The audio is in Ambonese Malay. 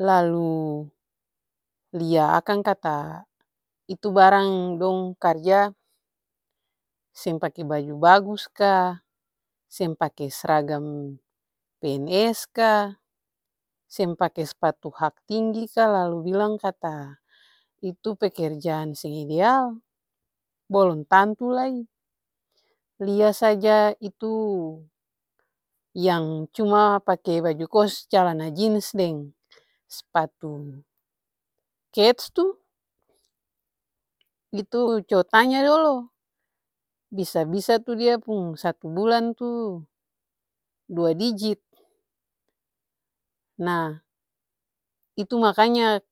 Lalu lia akang kata itu barang dong karja seng pake baju bagus ka, seng pake sragam pns ka, seng pake spatu hak tinggi ka, lalu bilang kata itu pekerjaan seng ideal, bolom tantu lai. Lia saja itu yang cuma pake baju kos calana jins deng spatu kets tuh, itu coba tanya dolo, bisa-bisa tuh dia pung satu bulang tuh dua dijit. Nah itu makanya